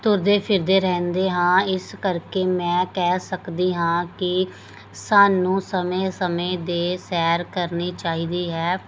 ਤੁਰਦੇ ਫਿਰਦੇ ਰਹਿੰਦੇ ਹਾਂ ਇਸ ਕਰਕੇ ਮੈਂ ਕਹਿ ਸਕਦੀ ਹਾਂ ਕਿ ਸਾਨੂੰ ਸਮੇਂ ਸਮੇਂ ਦੇ ਸੈਰ ਕਰਨੀ ਚਾਹੀਦੀ ਹੈ